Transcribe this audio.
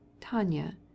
Tanya